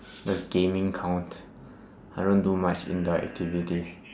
does gaming count I don't do much indoor activity